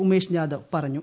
ഉമേഷ് ജാദവ് പറഞ്ഞു